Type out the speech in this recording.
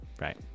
right